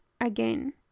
again